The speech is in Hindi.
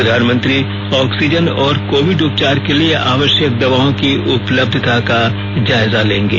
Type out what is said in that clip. प्रधानमंत्री ऑक्सीजन और कोविड उपचार के लिए आवश्यक दवाओं की उपलब्धता का जायजा लेंगे